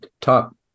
top